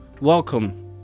Welcome